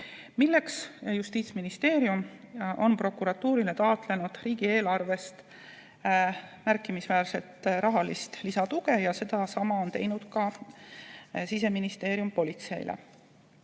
Selleks on Justiitsministeerium taotlenud prokuratuurile riigieelarvest märkimisväärset rahalist lisatuge ja sedasama on teinud Siseministeerium politseile.